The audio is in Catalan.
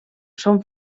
són